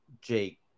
Jake